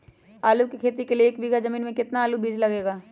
आलू की खेती के लिए एक बीघा जमीन में कितना आलू का बीज लगेगा?